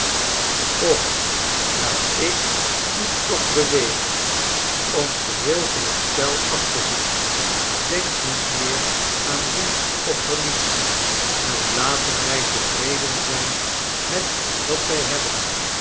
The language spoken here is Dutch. och laat ik u toch bewegen om geheel van het spel af te zienl benk niet meer aan winst of verlies en laten wij tevreden zijn met wat wij hebben